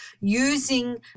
using